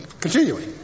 continuing